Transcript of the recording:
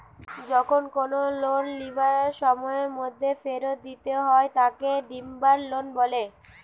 যখন কোনো লোন লিবার সময়ের মধ্যে ফেরত দিতে হয় তাকে ডিমান্ড লোন বলে